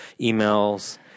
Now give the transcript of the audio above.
emails